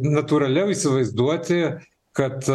ir natūraliau įsivaizduoti kad